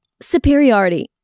Superiority